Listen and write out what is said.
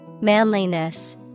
Manliness